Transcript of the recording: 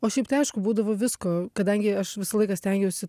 o šiaip tai aišku būdavo visko kadangi aš visą laiką stengiausi